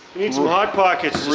need some hot pockets